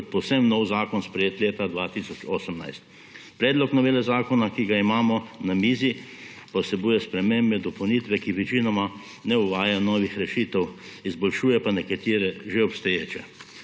povsem nov zakon sprejet leta 2018. Predlog novele zakona, ki ga imamo na mizi, pa vsebuje spremembe in dopolnitve, ki večinoma ne uvajajo novih rešitev, izboljšuje pa nekatere že obstoječe.